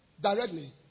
Directly